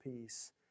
peace